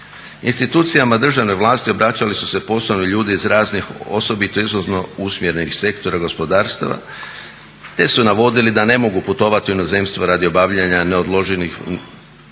Institucijama državne vlasti obraćali su se poslovni ljudi iz raznih osobito izvozno usmjerenih sektora gospodarstva, te su navodili da ne mogu putovati u inozemstvo radi obavljanja neodloženih